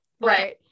right